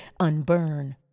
unburn